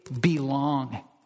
belong